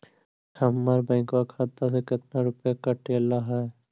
हमरा बैंक खाता से कतना रूपैया कटले है?